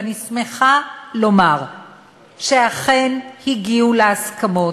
ואני שמחה לומר שאכן הגיעו להסכמות,